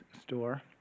store